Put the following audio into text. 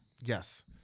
yes